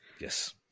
Yes